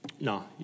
no